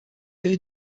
two